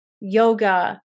yoga